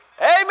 Amen